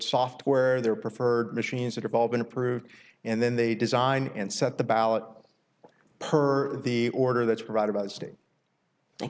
software their preferred machines that have all been approved and then they design and set the ballots per the order that's